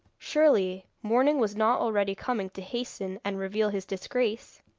surely morning was not already coming to hasten and reveal his disgrace!